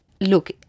Look